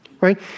Right